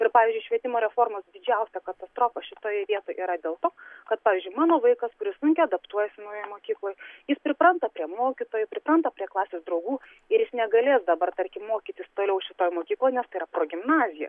ir pavyzdžiui švietimo reformos didžiausia katastrofa šitoj vietoj yra dėl to kad pavyzdžiui mano vaikas kuris sunkiai adaptuojasi naujoj mokykloj jis pripranta prie mokytojų pripranta prie klasės draugų ir jis negalės dabar tarkim mokytis toliau šitoj mokykloj nes tai yra progimnazija